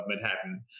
Manhattan